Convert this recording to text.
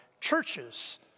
churches